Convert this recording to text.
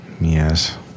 Yes